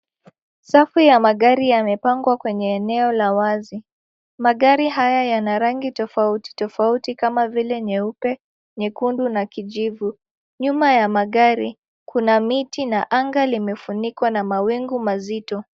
Safu ya magari yamepangwa kwenye eneo la wazi. Magari haya yana rangi tofauti tofauti kama vile nyeupe, nyekundu na kijivu. Nyuma ya magari kuna miti na anga limefunikwa na mawingu mazito.